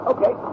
Okay